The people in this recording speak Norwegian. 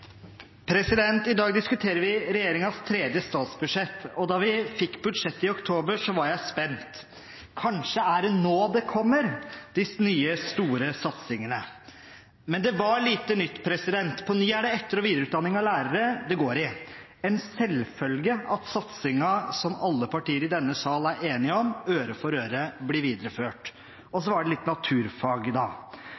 I dag diskuterer vi regjeringens tredje statsbudsjett, og da vi fikk budsjettet i oktober, var jeg spent: Kanskje er det nå de kommer, de nye, store satsingene? Men det var lite nytt. På nytt er det etter- og videreutdanning av lærere det går i. Det er en selvfølge at den satsingen som alle partier i denne salen er enige om – øre for øre – blir